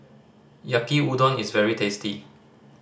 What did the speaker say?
Yaki Udon is very tasty